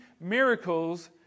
miracles